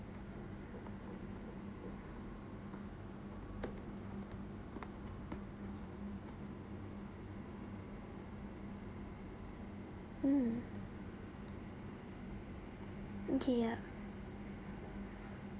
mm okay ya